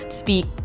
speak